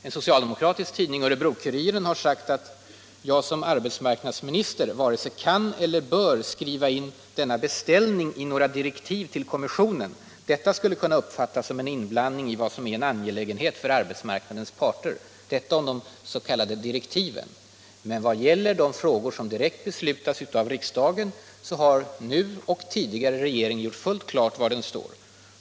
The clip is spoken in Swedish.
En socialdemokratisk tidning, Örebro-Kuriren, har sagt att jag som arbetsmarknadsminister ”varken kan eller bör skriva in denna beställning i några direktiv till kommissionen” — det skulle ”kunna uppfattas som en inblandning i vad som är en angelägenhet för arbetsmarknadens parter”. Detta om des.k. direktiven. Men vad gäller de frågor som direkt beslutas av riksdagen så har nu och tidigare regeringen gjort fullt klart var den står.